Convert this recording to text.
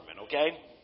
okay